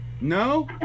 No